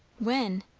when?